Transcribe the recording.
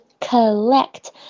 collect